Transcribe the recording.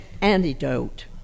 antidote